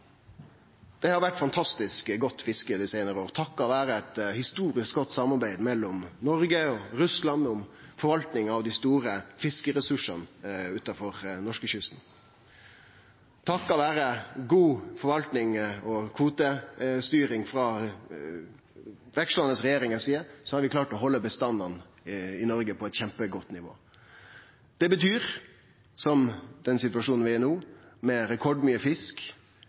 Det har vore eit fantastisk godt fiske dei seinare åra takka vere eit historisk godt samarbeid mellom Noreg og Russland om forvaltinga av dei store fiskeressursane utanfor norskekysten. Takka vere god forvalting og kvotestyring frå vekslande regjeringar si side har vi klart å halde bestandane i Noreg på eit kjempegodt nivå. Det betyr, i den situasjonen vi er i no, med rekordmykje fisk,